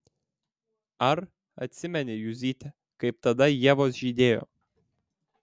ar atsimeni juzyte kaip tada ievos žydėjo